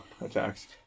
attacks